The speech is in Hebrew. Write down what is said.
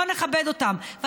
בואו נכבד אותם.